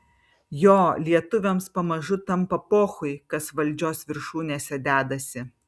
jo lietuviams pamažu tampa pochui kas valdžios viršūnėse dedasi